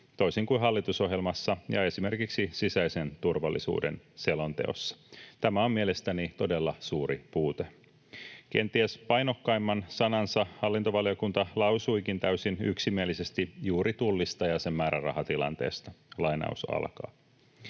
toisin kuin hallitusohjelmassa ja esimerkiksi sisäisen turvallisuuden selonteossa. Tämä on mielestäni todella suuri puute. Kenties painokkaimman sanansa hallintovaliokunta lausuikin täysin yksimielisesti juuri Tullista ja sen määrärahatilanteesta: ”Valiokunta